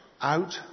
out